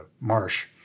Marsh